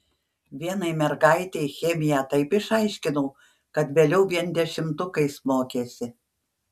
vienai mergaitei chemiją taip išaiškinau kad vėliau vien dešimtukais mokėsi